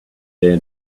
their